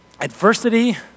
adversity